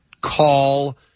call